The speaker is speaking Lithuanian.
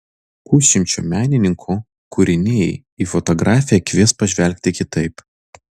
pusšimčio menininkų kūriniai į fotografiją kvies pažvelgti kitaip